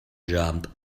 jump